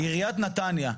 עיריית נתניה,